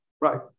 Right